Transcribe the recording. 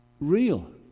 real